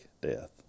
death